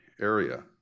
area